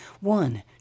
One